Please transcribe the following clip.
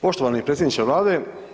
Poštovani predsjedniče Vlade.